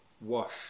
wash